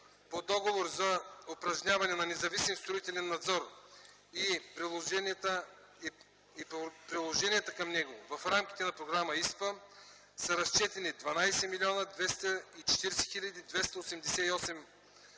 По договор за упражняване на независим строителен надзор и приложенията към него в рамките на Програма ИСПА са разчетени 12 млн. 240 хил. 288 лв.